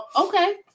okay